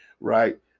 Right